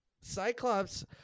Cyclops